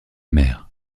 mères